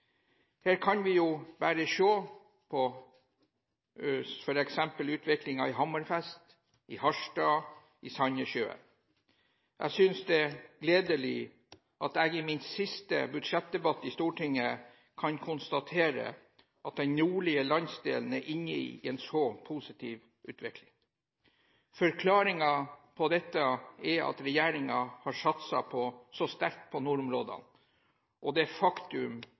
Her kan vi jo bare se på f.eks. utviklingen i Hammerfest, i Harstad og i Sandnessjøen. Jeg synes det er gledelig at jeg i min siste budsjettdebatt i Stortinget kan konstatere at den nordlige landsdelen er inne i en så positiv utvikling. Forklaringen på dette er at regjeringen har satset så sterkt på nordområdene, og det faktum